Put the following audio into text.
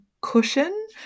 cushion